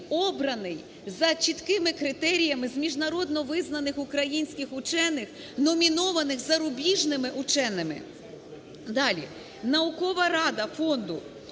обраний за чіткими критеріями зміжнародновизнаних українських учених, номінованих зарубіжними вченими.